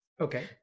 Okay